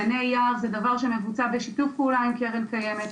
גני יער זה דבר שמבוצע בשיתוף פעולה עם קרן קיימת,